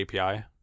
API